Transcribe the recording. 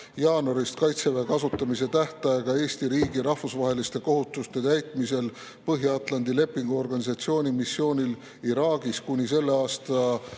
jaanuarist Kaitseväe kasutamise tähtaega Eesti riigi rahvusvaheliste kohustuste täitmisel Põhja-Atlandi Lepingu Organisatsiooni missioonil Iraagis kuni järgmise aasta